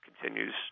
continues